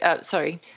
sorry